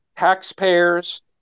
Taxpayers